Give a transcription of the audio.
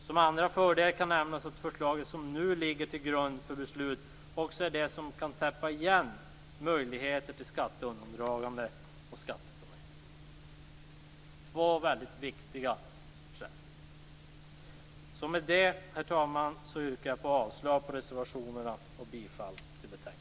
Som andra fördel kan nämnas att förslaget som nu ligger till grund för beslut också är det som kan täppa igen möjligheter till skatteundandragande och skatteplanering. Det är två väldigt viktiga skäl. Med detta, herr talman, yrkar jag avslag på reservationerna och bifall till hemställan i betänkandet.